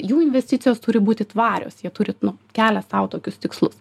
jų investicijos turi būti tvarios jie turi nu kelia sau tokius tikslus